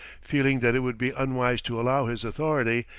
feeling that it would be unwise to allow his authority,